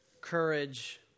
courage